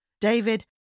David